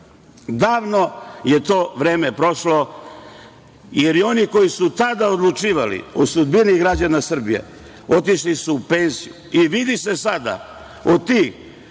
je to vreme prošlo, jer i oni koji su tada odlučivali o sudbini građana Srbije otišli su u penziju i vidi se sada od tih